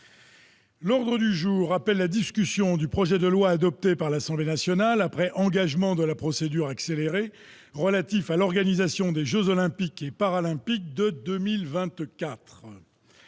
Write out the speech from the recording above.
L'ordre du jour appelle la discussion du projet de loi adopté par l'Assemblée nationale après engagement de la procédure accélérée relatif à l'organisation des Jeux olympiques et paralympiques de 2000